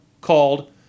called